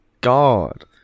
God